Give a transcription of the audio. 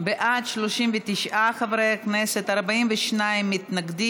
איציק שמולי,